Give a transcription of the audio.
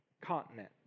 continent